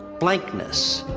blankness.